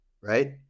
right